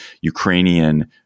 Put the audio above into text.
Ukrainian